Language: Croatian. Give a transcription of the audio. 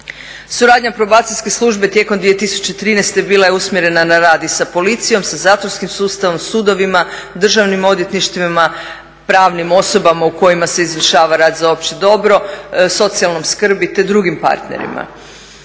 Suradnja probacijske službe tijekom 2013. bila je usmjerena na rad i sa policijom, sa zatvorskim sustavom, sudovima, državnim odvjetništvima, pravnim osobama u kojima se izvršava rad za opće dobro, socijalnom skrbi, te drugim partnerima.